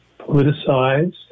politicized